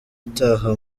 itaha